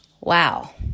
Wow